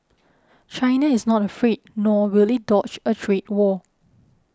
China is not afraid nor will it dodge a trade war